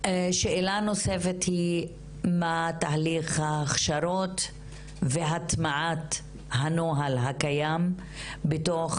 שאלה נוספת היא מה תהליך ההכשרות והטמעת הנוהל הקיים בתוך